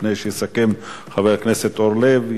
לפני שיסכם חבר הכנסת אורלב,